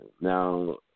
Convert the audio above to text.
Now